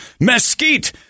mesquite